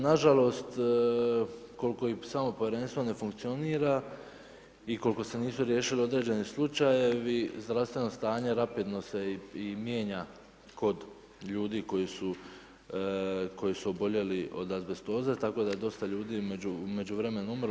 Nažalost, koliko i samo povjerenstvo ne funkcionira i koliko se nisu riješile određeni slučajevi zdravstveno stanje rapidno se i mijenja kod ljudi koji su oboljeli od azbestoze tako da dosta je ljudi u međuvremenu umrlo.